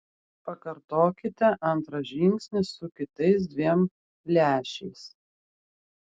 pakartokite antrą žingsnį su kitais dviem lęšiais